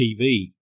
TV